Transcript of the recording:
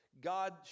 God